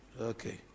Okay